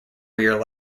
rear